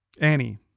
Annie